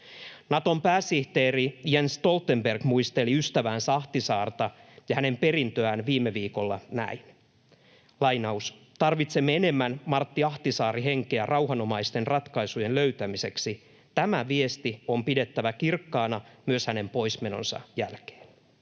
Naton pääsihteeri Jens Stoltenberg muisteli ystäväänsä Ahtisaarta ja hänen perintöään viime viikolla näin: ”Tarvitsemme enemmän Martti Ahtisaari -henkeä rauhanomaisten ratkaisujen löytämiseksi. Tämä viesti on pidettävä kirkkaana myös hänen poismenonsa jälkeen.”